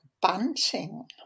bunting